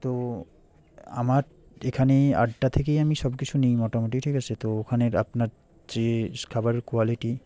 তো আমার এখানেই আড্ডা থেকেই আমি সব কিছু নিই মোটামুটি ঠিক আছে তো ওখানের আপনার যেস খাবারের কোয়ালিটি